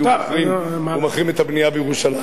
כי הוא מחרים את הבנייה בירושלים,